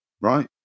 right